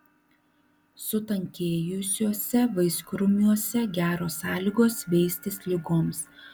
sutankėjusiuose vaiskrūmiuose geros sąlygos veistis ligoms